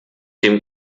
dem